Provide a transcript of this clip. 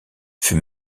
fut